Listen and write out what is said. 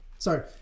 Sorry